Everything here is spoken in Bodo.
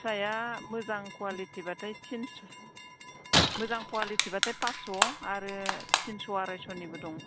फिसाया मोजां कवालिटिबाथाय थिनस' मोजां कवालिटिबाथाय फासस' आरो थिनस' आरायस'निबो दं